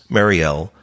Marielle